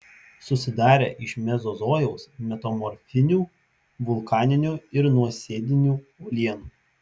susidarę iš mezozojaus metamorfinių vulkaninių ir nuosėdinių uolienų